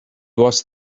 was